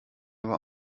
aber